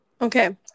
okay